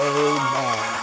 amen